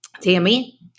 Tammy